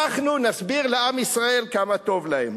אנחנו נסביר לעם ישראל כמה טוב להם.